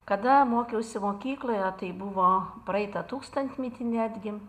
kada mokiausi mokykloje tai buvo praeitą tūkstantmetį netgi